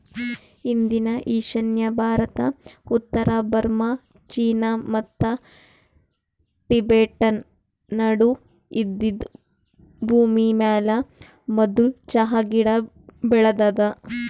ಇಂದಿನ ಈಶಾನ್ಯ ಭಾರತ, ಉತ್ತರ ಬರ್ಮಾ, ಚೀನಾ ಮತ್ತ ಟಿಬೆಟನ್ ನಡು ಇದ್ದಿದ್ ಭೂಮಿಮ್ಯಾಲ ಮದುಲ್ ಚಹಾ ಗಿಡ ಬೆಳದಾದ